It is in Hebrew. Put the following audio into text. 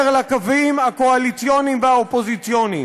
לקווים הקואליציוניים והאופוזיציוניים.